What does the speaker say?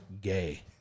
Gay